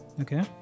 Okay